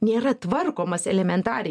nėra tvarkomas elementariai